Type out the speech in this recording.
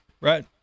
Right